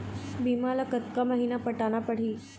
बीमा ला कतका महीना पटाना पड़ही?